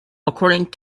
according